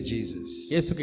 Jesus